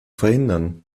verhindern